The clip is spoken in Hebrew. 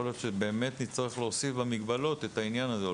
יכול להיות שנצטרך להוסיף את העניין הזה במגבלות,